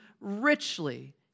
richly